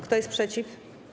Kto jest przeciw?